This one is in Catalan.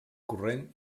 corrent